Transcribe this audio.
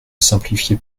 simplifiez